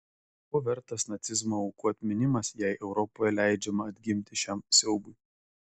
ko vertas nacizmo aukų atminimas jei europoje leidžiama atgimti šiam siaubui